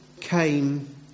came